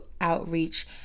outreach